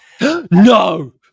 No